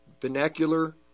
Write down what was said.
vernacular